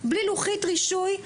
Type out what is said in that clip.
בלי לוחית רישוי,